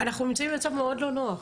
אנחנו נמצאים במצב מאוד לא נוח.